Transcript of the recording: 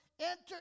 enter